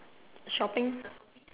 shopping